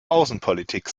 außenpolitik